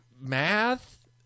Math